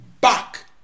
back